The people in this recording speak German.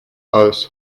aus